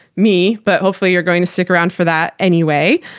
me, but hopefuly you're going to stick around for that anyway,